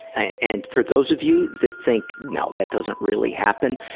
and for those of you that think, no, that doesn't really happen